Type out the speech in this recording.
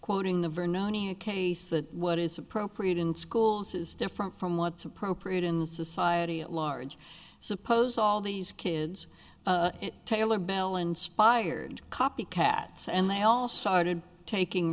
quoting the vernonia case that what is appropriate in schools is different from what's appropriate in society at large suppose all these kids taylor behl inspired copycats and they all started taking